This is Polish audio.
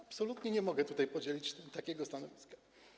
Absolutnie nie mogę tutaj podzielić takiego stanowiska.